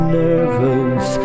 nervous